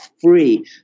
free